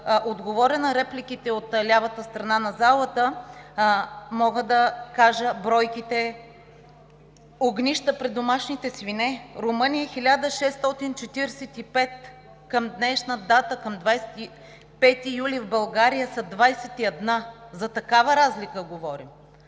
отговоря на репликите от лявата страна на залата, мога да кажа бройките огнища при домашните свине. Румъния – 1645, към 25 юли в България са 21 – за такава разлика говорим!